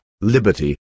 liberty